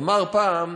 אמר פעם